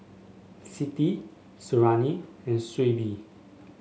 Siti Suriani and Shuib